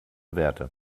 werte